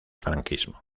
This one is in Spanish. franquismo